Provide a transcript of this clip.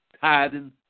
tithing